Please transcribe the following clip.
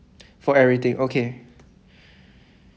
for everything okay